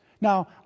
Now